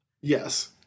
Yes